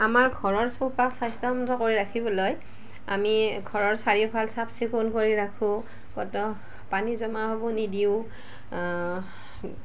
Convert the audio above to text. আমাৰ ঘৰৰ চৌপাশ স্বাস্থ্যমন্ত কৰি ৰাখিবলৈ আমি ঘৰৰ চাৰিওফাল চাফ চিকুণ কৰি ৰাখোঁ ক'তো পানী জমা হ'ব নিদিওঁ